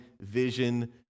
Vision